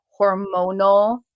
hormonal